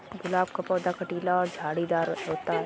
गुलाब का पौधा कटीला और झाड़ीदार होता है